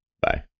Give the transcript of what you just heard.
Bye